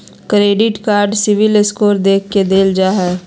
credit card CIBIL score देख के देल जा हइ